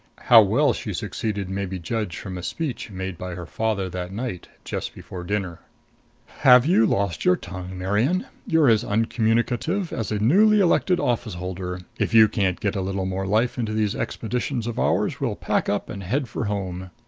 how well she succeeded may be judged from a speech made by her father that night just before dinner have you lost your tongue, marian? you're as uncommunicative as a newly-elected office-holder. if you can't get a little more life into these expeditions of ours we'll pack up and head for home.